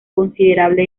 considerable